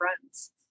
friends